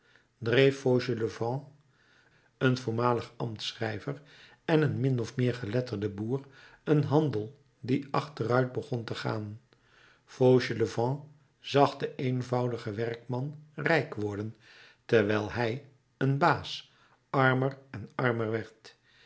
een voormalig ambtsschrijver en een min of meer geletterde boer een handel die achteruit begon te gaan fauchelevent zag den eenvoudigen werkman rijk worden terwijl hij een baas armer en armer